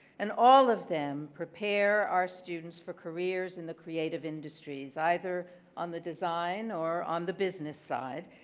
and all of them prepare our students for careers in the creative industries, either on the design or on the business side.